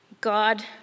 God